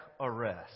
arrest